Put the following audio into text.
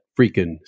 freaking